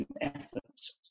efforts